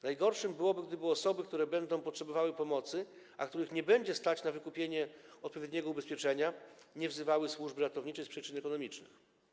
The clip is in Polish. Najgorsze byłoby, gdyby osoby, które będą potrzebowały pomocy, a których nie będzie stać na wykupienie odpowiedniego ubezpieczenia, nie wzywały służb ratowniczych z przyczyn ekonomicznych.